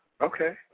Okay